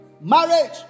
marriage